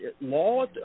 law